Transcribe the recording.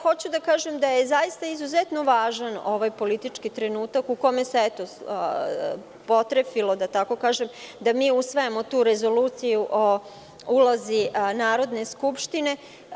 Hoću da kažem da je izuzetno važan ovaj politički trenutak u kome se potrefilo, da tako kažem, da mi usvajamo tu rezoluciju o ulozi Narodne skupštine.